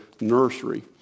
nursery